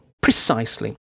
Precisely